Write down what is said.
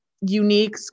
unique